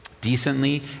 decently